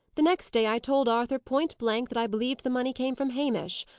the next day i told arthur, point blank, that i believed the money came from hamish.